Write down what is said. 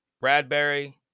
Bradbury